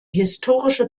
historische